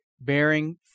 bearing